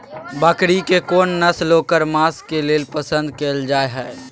बकरी के कोन नस्ल ओकर मांस के लेल पसंद कैल जाय हय?